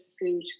food